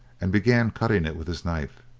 and began cutting it with his knife.